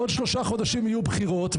בעוד שלושה חודשים יהיו בחירות,